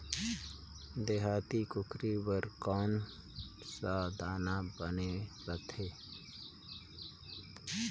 देहाती कुकरी बर कौन सा दाना बने रथे?